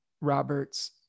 Robert's